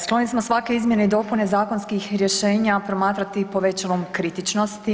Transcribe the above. Skloni smo svake izmjene i dopune zakonskih rješenja promatrati pod povećalom kritičnosti.